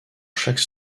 chaque